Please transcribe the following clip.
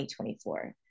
2024